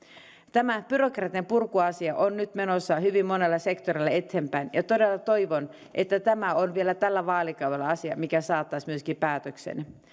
tämä byrokratianpurkuasia on nyt menossa hyvin monella sektorilla eteenpäin ja todella toivon että tämä on vielä tällä vaalikaudella asia mikä saataisiin myöskin päätökseen